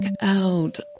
out